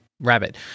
rabbit